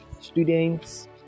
students